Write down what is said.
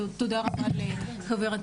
תודה רבה לחברתי,